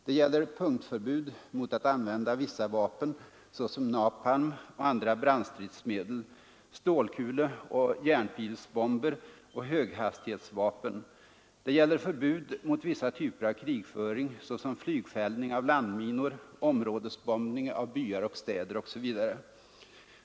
Det gäller punktförbud mot att använda vissa vapen, såsom napalm och andra brandstridsmedel, stålkuleoch järnpilsbomber och höghastighetsvapen. Det gäller förbud mot vissa typer av krigföring, såsom flygfällning av landminor, områdesbombning av byar och städer osv.